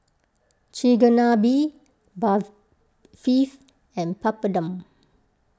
Chigenabe bar and Papadum